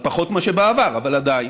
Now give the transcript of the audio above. פחות מאשר בעבר אבל עדיין,